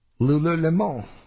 Lululemon